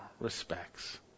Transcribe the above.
respects